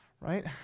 right